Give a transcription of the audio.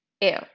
Ew